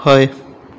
हय